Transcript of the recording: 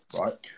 right